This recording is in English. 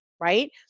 right